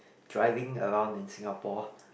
driving around in Singapore